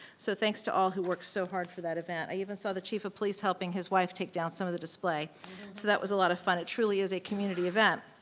so thanks to all who worked so hard for that event. i even saw the chief of police helping his wife take down some of the display. so that was a lot of fun, it truly is a community event.